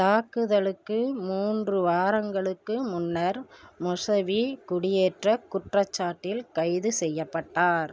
தாக்குதலுக்கு மூன்று வாரங்களுக்கு முன்னர் மொசவீ குடியேற்றக் குற்றச்சாட்டில் கைது செய்யப்பட்டார்